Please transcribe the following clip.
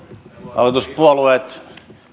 hallituspuolueet